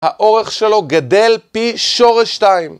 האורך שלו גדל פי שורש 2.